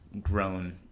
grown